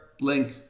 link